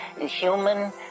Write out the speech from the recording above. human